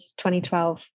2012